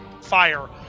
fire